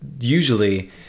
usually